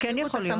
זה כן יכול להיות.